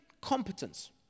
competence